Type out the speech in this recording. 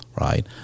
right